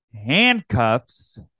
Handcuffs